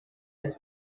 his